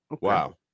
Wow